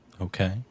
Okay